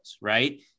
Right